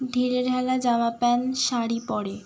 ঢিলেঢালা জামা প্যান্ট শাড়ি পরে